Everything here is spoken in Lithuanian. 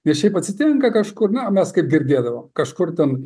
nes šiaip atsitinka kažkur na mes kaip girdėdavom kažkur ten